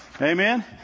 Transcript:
Amen